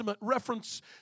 reference